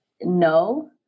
no